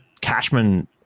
Cashman